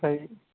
आमफाय